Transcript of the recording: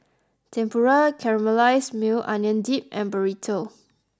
Tempura Caramelized Maui Onion Dip and Burrito